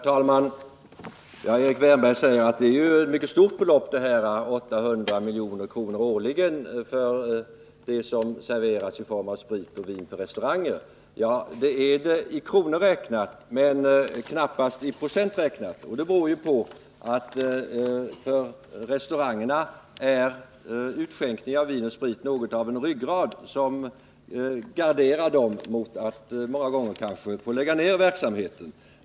Herr talman! Erik Wärnberg säger att 800 miljoner årligen för det som serveras i form av sprit och vin på restauranger är ett mycket stort belopp. Ja, det är det i kronor räknat men knappast i procent alkohol räknat. Och det beror på att utskänkning av vin och sprit är något av en ryggrad för restaurangerna, som många gånger kanske garderar dem mot att få lägga ned verksamheten.